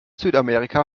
südamerika